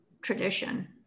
tradition